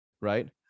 right